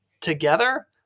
together